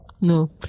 no